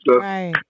Right